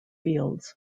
fields